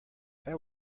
that